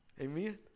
Amen